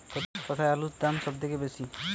কোথায় আলুর দাম সবথেকে বেশি?